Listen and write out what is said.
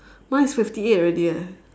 mine is fifty eight already eh